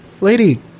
lady